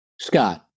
Scott